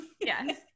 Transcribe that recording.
yes